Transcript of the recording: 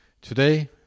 today